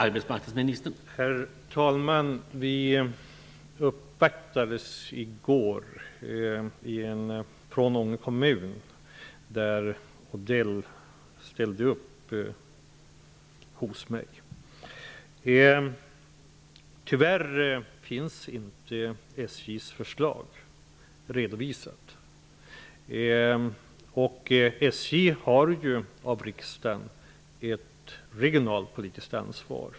Herr talman! Vi uppvaktades i går av Ånge kommun. Odell ställde upp hos mig. Tyvärr finns inte SJ:s förslag redovisat. SJ har ju av riksdagen också fått ett regionalpolitiskt ansvar.